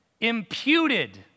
imputed